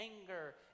anger